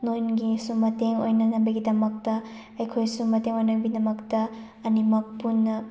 ꯅꯣꯏꯒꯤꯁꯨ ꯃꯇꯦꯡ ꯑꯣꯏꯅꯅꯕꯒꯤꯗꯃꯛꯇ ꯑꯩꯈꯣꯏꯁꯨ ꯃꯇꯦꯡ ꯑꯣꯏꯅꯅꯕꯒꯤꯗꯃꯛꯇ ꯑꯅꯤꯃꯛ ꯄꯨꯟꯅ